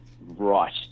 right